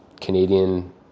Canadian